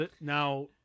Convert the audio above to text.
now